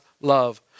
love